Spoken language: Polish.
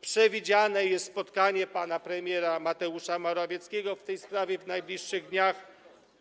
Przewidziane jest spotkanie pana premiera Mateusza Morawieckiego w tej sprawie w najbliższych dniach